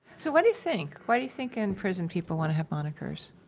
so what do you think, why do you think in prison people want to have monikers?